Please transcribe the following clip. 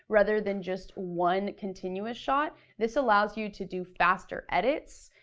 rather than just one continuous shot. this allows you to do faster edits,